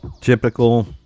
typical